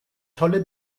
tolle